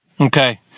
Okay